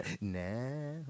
nah